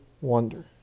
wonder